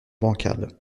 bancal